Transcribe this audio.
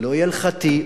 לא יהיה הלכתי,